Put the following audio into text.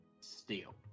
steel